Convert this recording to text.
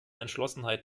entschlossenheit